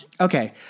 Okay